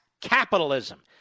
capitalism